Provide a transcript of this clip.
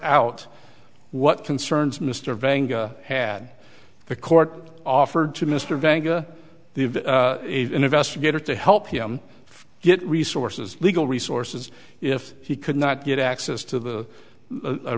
out what concerns mr vanga had the court offered to mr vanka the investigator to help him get resources legal resources if he could not get access to the